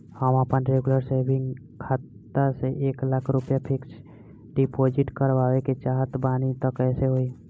हम आपन regular saving खाता से एक लाख रुपया फिक्स डिपॉज़िट करवावे के चाहत बानी त कैसे होई?